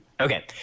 Okay